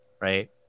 Right